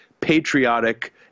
patriotic